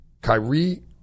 Kyrie